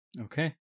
Okay